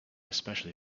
especially